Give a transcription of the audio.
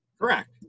correct